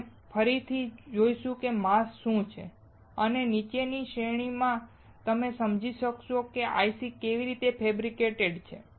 અમે ફરીથી જોઈશું કે માસ્ક શું છે અને નીચેની શ્રેણી માં કે તમે સમજી શકશો કે IC કેવી રીતે ફેબ્રિકેટેડ છે